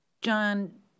John